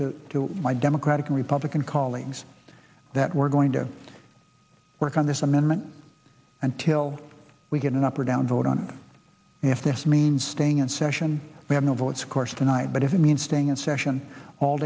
to my democratic and republican colleagues that we're going to work on this amendment until we get an up or down vote on it if this means staying in session we have no votes of course tonight but if it means staying in session all